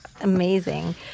amazing